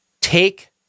Take